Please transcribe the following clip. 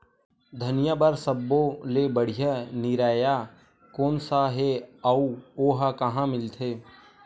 धनिया बर सब्बो ले बढ़िया निरैया कोन सा हे आऊ ओहा कहां मिलथे?